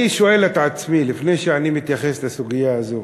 אני שואל את עצמי, לפני שאני מתייחס לסוגיה הזאת,